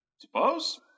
suppose